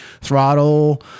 throttle